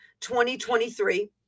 2023